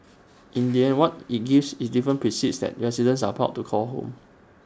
in the end what IT gives IT given precincts that residents are proud to call home